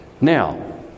Now